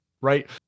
Right